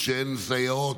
כשאין סייעות,